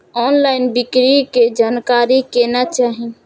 Online बिक्री के जानकारी केना चाही?